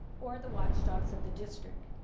or the watchdogs of the district.